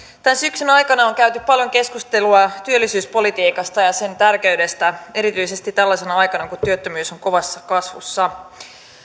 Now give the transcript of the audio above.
tämän syksyn aikana on käyty paljon keskustelua työllisyyspolitiikasta ja sen tärkeydestä erityisesti tällaisena aikana kun työttömyys on kovassa kasvussa